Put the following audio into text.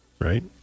Right